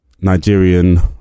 nigerian